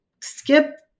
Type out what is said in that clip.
skip